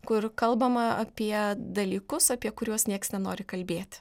kur kalbama apie dalykus apie kuriuos nieks nenori kalbėti